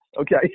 Okay